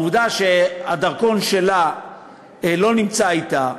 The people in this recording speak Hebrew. העובדה שהדרכון שלה לא נמצא אתה,